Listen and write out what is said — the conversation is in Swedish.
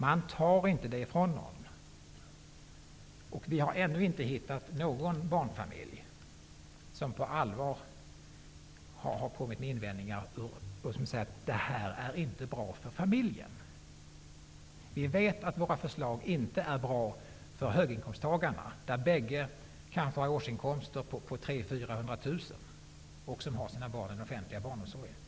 Vi tar dem inte från någon. Vi har ännu inte hittat någon barnfamilj som på allvar har kommit med invändningar och sagt att detta inte är bra för familjen. Vi vet att våra förslag inte är bra för höginkomsttagarna där båda kanske har årsinkomster på 300 000--400 000 och där man har sina barn i den offentliga barnomsorgen.